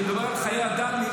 אני מדבר על חיי אדם.